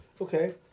Okay